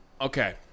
Okay